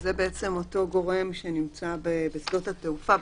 שזה בעצם אותו גורם שנמצא בשדות התעופה,